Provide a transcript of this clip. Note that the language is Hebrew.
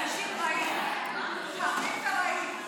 אנשים רעים, קשים ורעים.